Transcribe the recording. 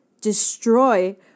destroy